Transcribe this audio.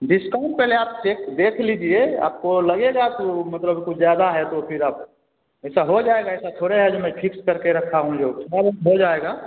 discount पहले आप देख देख लीजिए आपको लगेगा तो मतलब कुछ ज्यादा है तो फिर आप ऐसा हो जाएगा ऐसा थोड़े है जो मैं फिक्स करके रखा हूँ हो जाएगा